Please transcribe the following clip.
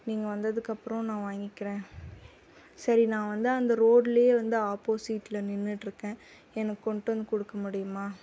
நீங்கள் வந்ததுக்கு அப்புறம் நான் வாங்கிக்கிறேன் சரி நான் வந்து அந்த ரோடில் வந்து ஆப்போசிடில் நின்றுட்டு இருக்கேன் எனக்கு கொண்டு வந்து கொடுக்க முடியுமா